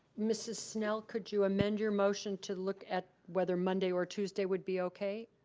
mrs. snell, could you amend your motion to look at whether monday or tuesday would be okay?